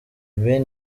ben